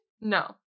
No